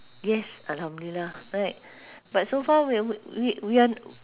yes alhamdulillah right but so far we're we we are